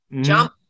jump